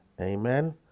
amen